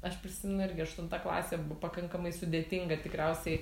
aš prisimenu irgi aštunta klasė bu pakankamai sudėtinga tikriausiai